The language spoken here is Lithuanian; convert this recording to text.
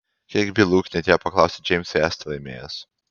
kiek bylų knietėjo paklausti džeimsui esate laimėjęs